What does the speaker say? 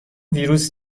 ویروس